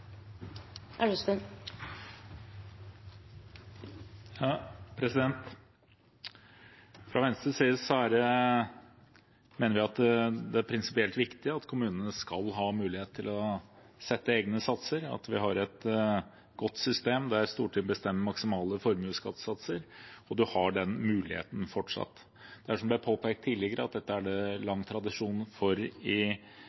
prinsipielt viktig at kommunene skal ha mulighet til å sette egne satser, at vi har et godt system, der Stortinget bestemmer maksimale formuesskattesatser, og at man har den muligheten fortsatt. Det er, som det ble påpekt tidligere, lang tradisjon for dette i Norge, og vi ser ingen grunn til å endre på det